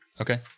Okay